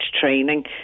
training